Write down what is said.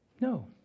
No